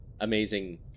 amazing